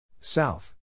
South